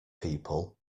people